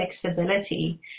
flexibility